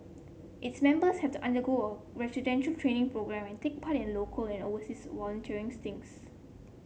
its members have to undergo residential training program and take part in local and overseas volunteering stints